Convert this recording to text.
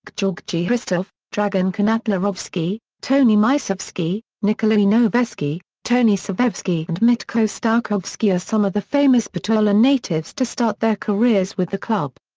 gjorgji hristov, dragan kanatlarovski, toni micevski, nikolce noveski, toni savevski and mitko stojkovski are some of the famous bitola natives to start their careers with the club.